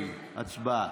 ו' הצבעה.